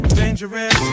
dangerous